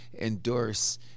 endorse